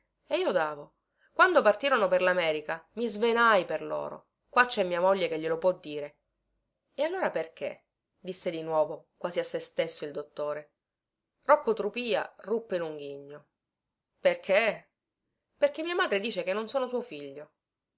e io davo quando partirono per lamerica mi svenai per loro qua cè mia moglie che glielo può dire e allora perché disse di nuovo quasi a sé stesso il dottore rocco trupìa ruppe in un ghigno perché perché mia madre dice che non sono suo figlio